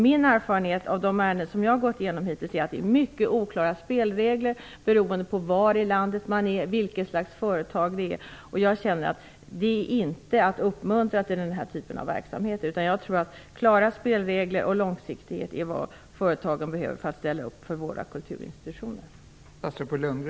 Min erfarenhet är att spelreglerna är mycket oklara beroende på var i landet företaget är beläget och vilket slags företag det rör sig om. Som det är nu uppmuntrar man inte till den här typen av verksamhet. Klara spelregler och långsiktighet är vad företagen behöver för att de skall ställa upp för våra kulturinstitutioner.